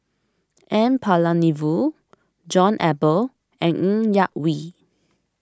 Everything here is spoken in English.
N Palanivelu John Eber and Ng Yak Whee